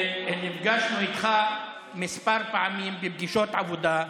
נפגשנו איתך כמה פעמים בפגישות עבודה,